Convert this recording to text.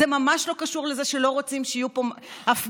זה ממש לא קשור לזה שלא רוצים שיהיו פה הפגנות